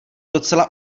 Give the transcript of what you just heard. docela